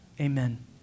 amen